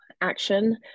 action